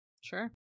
Sure